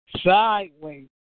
Sideways